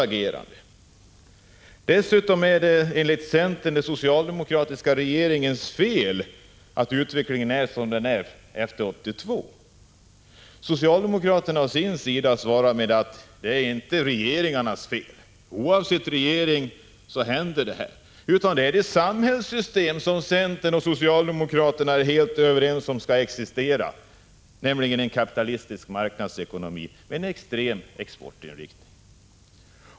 Dessutom är det, enligt centern, den socialdemokratiska regeringens fel att utvecklingen är som den är efter 1982. Socialdemokraterna å sin sida svarar med att det inte är regeringarnas fel. Oavsett regering händer detta. Det beror på det samhällssystem som centern och socialdemokraterna är helt överens om skall existera, nämligen kapitalistisk marknadsekonomi med en extrem exportinriktning.